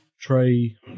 tray